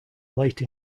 late